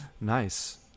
nice